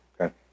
okay